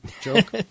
joke